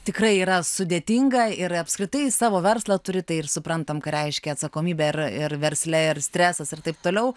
tikrai yra sudėtinga ir apskritai savo verslą turi tai ir suprantam ką reiškia atsakomybė ir ir versle ir stresas ir taip toliau